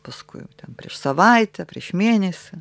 paskui prieš savaitę prieš mėnesį